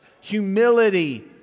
humility